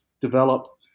develop